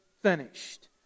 finished